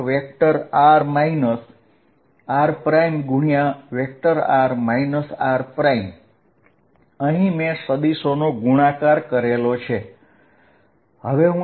r rr rr r5 pr r3 લખી શકું છું